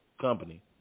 company